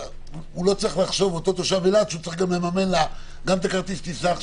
הוא לא צריך לחשוב כל תושב אילת שהוא צריך לממן לה גם את כרטיס הטיסה,